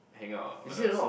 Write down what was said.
hang out honest